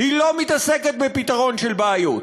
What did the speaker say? היא לא מתעסקת בפתרון בעיות.